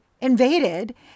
invaded